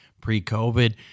pre-COVID